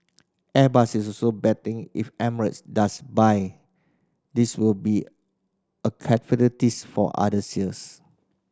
airbus is also betting if Emirates does buy this will be a for other sales